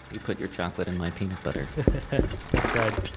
you put your chocolate in my peanut butter that's right.